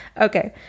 Okay